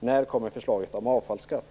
När kommer förslaget om avfallsskatt?